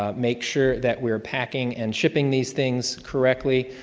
um make sure that we are packing and shipping these things correctly.